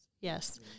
Yes